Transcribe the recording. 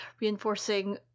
reinforcing